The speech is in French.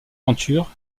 aventures